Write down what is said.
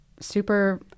super